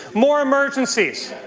more emergencies,